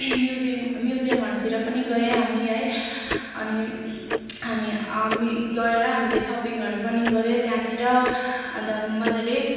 museum म्युजियमहरूतिर पनि गयौँ हामी है अनि हामी हामी गएर हामीले सपिङहरू पनि गर्यौँ त्यहाँतिर अन्त मजाले